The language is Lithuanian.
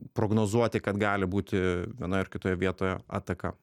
prognozuoti kad gali būti vienoj ar kitoje vietoje ataka